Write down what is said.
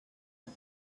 ein